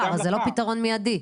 זה לא פתרון מיידי.